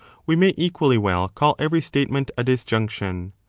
we may equally well call every statement a disjunction.